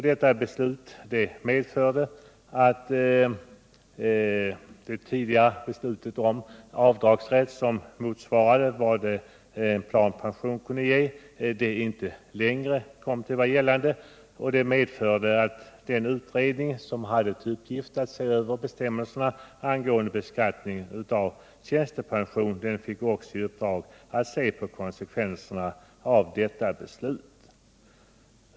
Detta beslut medförde att det tidigare beslutet om avdragsrätt som motsvarade vad en planpension kunde ge inte längre kom att vara gällande. Därmed fick den utredning som hade till uppgift att se över bestämmelserna angående beskattning av tjänstepension också i uppdrag att se över konsekvenserna av detta beslut.